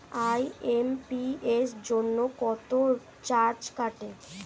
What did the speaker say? IMPS জন্য কত charge কাটে?